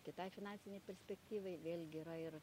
kitai finansinei perspektyvai vėlgi yra ir